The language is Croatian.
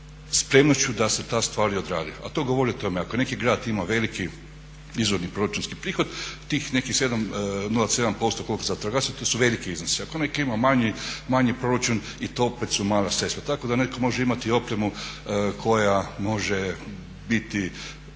spremnošću da se ta stvar i odradi, a to govori o tome ako neki grad ima veliki izvorni proračunski prihod tih nekih 7, 0,7% koliko za vatrogasce to su veliki iznosi. Ako netko ima manji proračun i to opet su mala sredstva. Tako da netko može imati opremu koja može biti